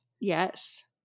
Yes